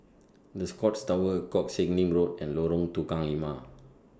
The Scotts Tower Koh Sek Lim Road and Lorong Tukang Lima